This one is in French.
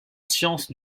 sciences